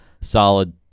solid